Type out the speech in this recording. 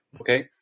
Okay